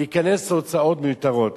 להיכנס להוצאות מיותרות.